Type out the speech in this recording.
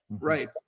right